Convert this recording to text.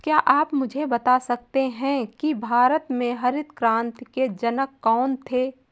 क्या आप मुझे बता सकते हैं कि भारत में हरित क्रांति के जनक कौन थे?